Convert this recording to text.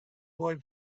boy